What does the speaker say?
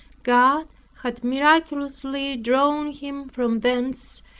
god had miraculously drawn him from thence,